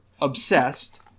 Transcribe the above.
obsessed